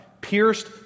pierced